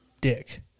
dick